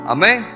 Amen